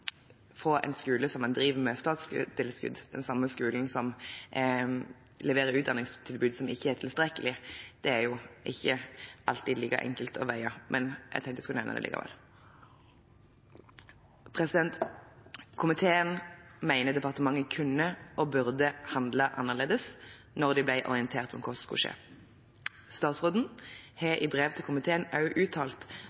en skole som en driver med statstilskudd, den samme skolen som leverer utdanningstilbud som ikke er tilstrekkelige, det er ikke alltid like enkelt å veie, men jeg tenkte jeg skulle nevne det likevel. Komiteen mener departementet kunne og burde handlet annerledes når de ble orientert om hva som skulle skje. Statsråden har